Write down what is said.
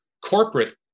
corporate